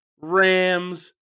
Rams